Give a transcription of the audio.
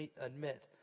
admit